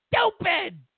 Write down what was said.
Stupid